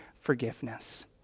forgiveness